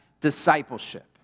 discipleship